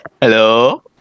Hello